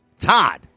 Todd